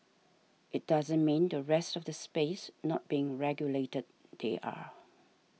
it doesn't mean the rest of the space not being regulated they are